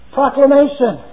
proclamation